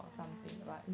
yeah yeah yeah